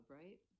right